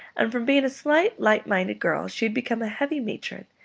and from being a slight, light-minded girl, she had become a heavy matron,